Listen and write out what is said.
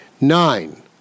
Nine